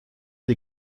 des